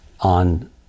on